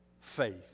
faith